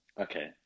Okay